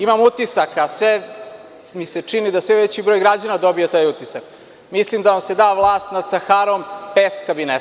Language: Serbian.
Imam utisak, a sve mi se čini da i sve veći broj građana dobija taj utisak, mislim da vam se da vlast nad Saharom, peska bi nestalo.